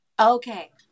Okay